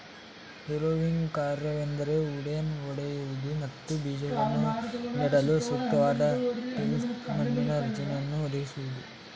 harrowing ಕಾರ್ಯವೆಂದರೆ ಉಂಡೆನ ಒಡೆಯುವುದು ಮತ್ತು ಬೀಜಗಳನ್ನು ನೆಡಲು ಸೂಕ್ತವಾದ ಟಿಲ್ತ್ ಮಣ್ಣಿನ ರಚನೆಯನ್ನು ಒದಗಿಸೋದು